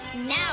Now